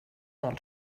del